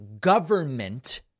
government